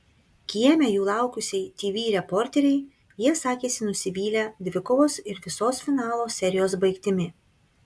kieme jų laukusiai tv reporterei jie sakėsi nusivylę dvikovos ir visos finalo serijos baigtimi